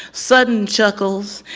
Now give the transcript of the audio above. sudden chuckles,